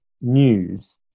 news